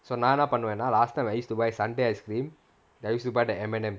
so நான் என்ன பண்ணுவேன்னா:nan enna pannuvenaa last time I used the buy sundae ice cream then I used to buy the M&M